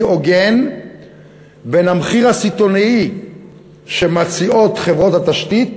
הוגן בין המחיר הסיטונאי שמציעות חברות התשתית